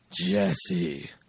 Jesse